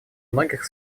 многих